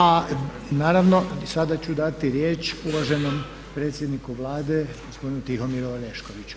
A naravno sada ću dati riječ uvaženom predsjedniku Vlade gospodinu Tihomiru Oreškoviću.